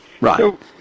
Right